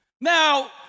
Now